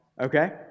okay